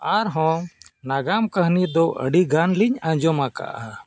ᱟᱨᱦᱚᱸ ᱱᱟᱜᱟᱢ ᱠᱟᱹᱦᱱᱤ ᱫᱚ ᱟᱹᱰᱤ ᱜᱟᱱ ᱞᱤᱧ ᱟᱸᱡᱚᱢ ᱠᱟᱜᱼᱟ